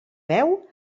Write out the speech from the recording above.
beu